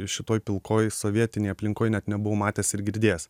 šitoj pilkoj sovietinėj aplinkoj net nebuvau matęs ir girdėjęs